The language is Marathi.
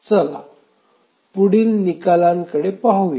चला पुढील निकालांकडे पाहूया